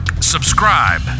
subscribe